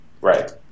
right